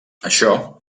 això